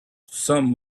some